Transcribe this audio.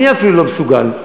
אני אפילו לא מסוגל,